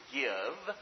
give